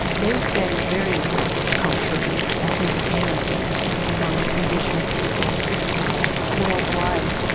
they've been very important culturally and ethnobotanically among indigenous peoples worldwide.